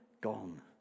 gone